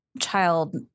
child